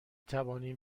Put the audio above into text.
توانیم